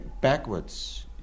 backwards